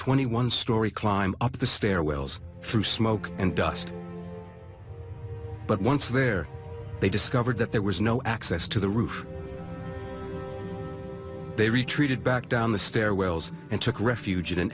twenty one story climb up the stairwells through smoke and dust but once there they discovered that there was no access to the roof they retreated back down the stairwells and took refuge